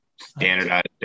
Standardized